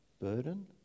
burden